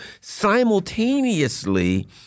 simultaneously